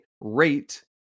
rate